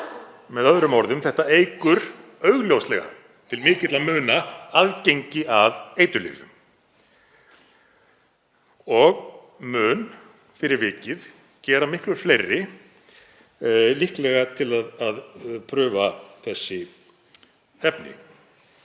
Með öðrum orðum, þetta eykur augljóslega til mikilla muna aðgengi að eiturlyfjum og mun fyrir vikið gera miklu fleiri líklega til að prófa þessi efni.